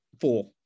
Four